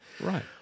Right